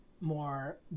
more